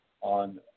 On